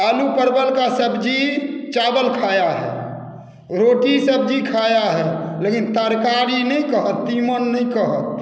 आलू परबल का सब्जी चावल खाया है रोटी सब्जी खाया है लेकिन तरकारी नहि कहत तीमन नहि कहत